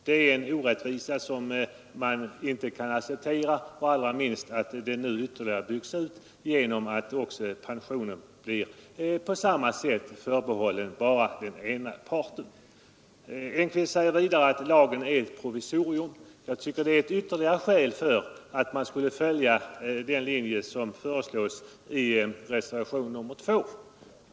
Detta är en orättvisa som man inte kan acceptera, allra minst kan vi acceptera en ytterligare utbyggnad genom att pensionen på samma sätt blir förbehållen bara den ena parten. Herr Engkvist sade också att lagen är ett provisorium. Jag tycker att detta är ett ytterligare skäl för att man skulle följa den linje som föreslås i reservationen 2.